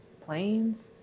Planes